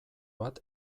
bat